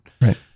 Right